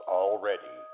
already